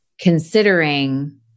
considering